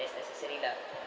that's necessary lah